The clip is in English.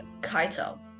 Kaito